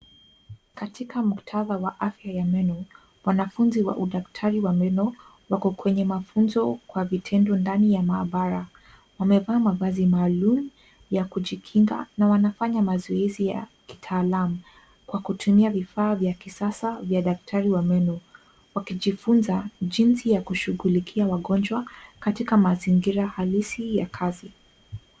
Katika muktata wa afya ya meno wanafunzi udaktari wa meno wako kwenye mafunzo kwa vitendo ndani ya maabara, wamevaa mavasi maalum ya kujinga na wanafanya mazoezi ya kitalaam kwa kutumia vifaa vya kisasa vya daktari wa meno kujifunza jinsi ya kushughulikia wangonjwa katika kama mazingira asili ya kazi.